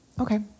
Okay